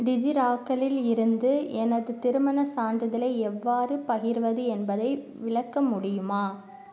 டிஜிலாக்கரில் இருந்து எனது திருமணச் சான்றிதழை எவ்வாறு பகிர்வது என்பதை விளக்க முடியுமா